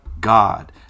God